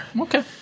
Okay